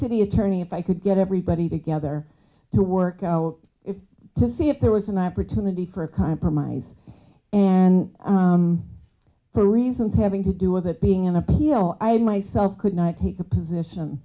city attorney if i could get everybody together to work to see if there was an opportunity for a compromise and for reasons having to do with it being an appeal i myself could not take a position